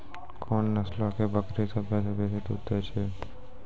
कोन नस्लो के बकरी सभ्भे से बेसी दूध दै छै?